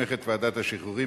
מוסמכת ועדת השחרורים,